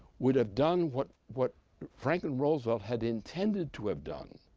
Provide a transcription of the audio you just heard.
would have done what what franklin roosevelt had intended to have done,